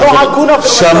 זה לא הגון מה שאתה עושה.